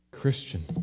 Christian